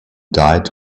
died